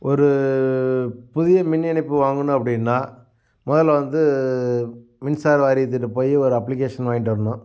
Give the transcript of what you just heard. ஒரு புதிய மின் இணைப்பு வாங்கணும் அப்படின்னா மொதலில் வந்து மின்சார வாரியத்திட்டப் போய் ஒரு அப்ளிகேஷன் வாங்கிட்டு வரணும்